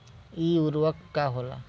इ उर्वरक का होला?